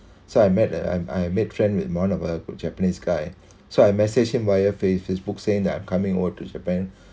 so I met the I I made friends with one of uh japanese guy so I message him via face Facebook saying that I'm coming over to japan